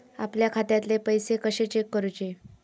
आपल्या खात्यातले पैसे कशे चेक करुचे?